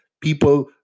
people